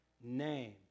name